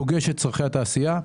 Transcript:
פוגש את צרכי התעשייה.